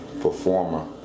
performer